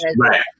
right